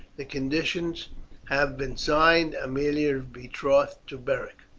the conditions have been signed. aemilia is betrothed to beric.